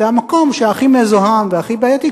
זה המקום שהוא הכי מזוהם והכי בעייתי,